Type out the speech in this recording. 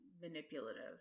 manipulative